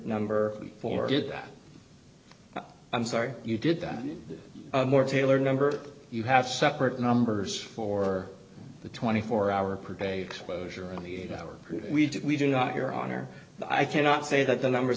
number for it that i'm sorry you did that more taylor number you have separate numbers for the twenty four hour per day exposure on the eight hour period we did we do not your honor i cannot say that the numbers